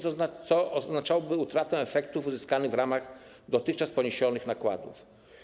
To oznaczałoby utratę efektów uzyskanych w ramach dotychczas poniesionych nakładów.